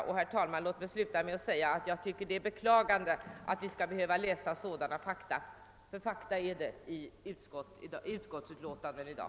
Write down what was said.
Jag tycker att det är beklagligt att vi skall behöva läsa om sådana fakta — ty det är fakta — i utskottsutlåtanden i dag.